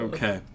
Okay